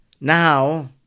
now